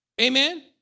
Amen